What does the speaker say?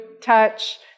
touch